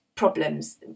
problems